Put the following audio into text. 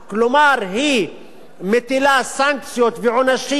כלומר היא מטילה סנקציות ועונשים,